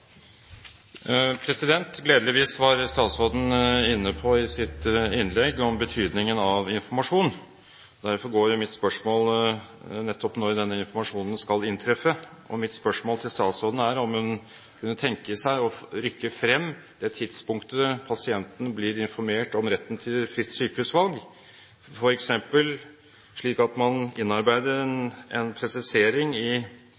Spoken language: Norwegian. Gledeligvis var statsråden i sitt innlegg inne på betydningen av informasjon. Derfor går mitt spørsmål nettopp på når denne informasjonen skal inntreffe. Mitt spørsmål til statsråden er om hun kunne tenke seg å rykke frem tidspunktet for når pasienten blir informert om retten til fritt sykehusvalg, f.eks. slik at man innarbeider en presisering i